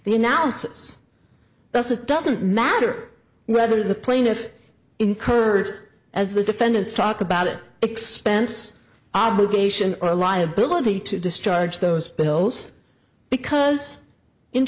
the analysis does it doesn't matter whether the plaintiff incurred as the defendants talk about it expense obligation or liability to discharge those bills because in